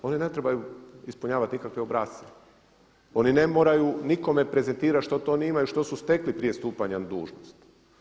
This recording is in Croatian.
Oni ne trebaju ispunjavati nikakve obrasce, oni ne moraju nikome prezentirati što to oni imaju, što su stekli prije stupanja na dužnost.